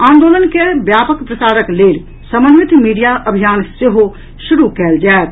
आनदोलन केँ व्यापक प्रसारक लेल समन्वित मीडिया अभियान सेहो शुरू कयल जायत